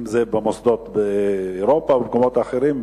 אם במוסדות באירופה או במקומות אחרים,